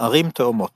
ערים תאומות